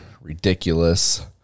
ridiculous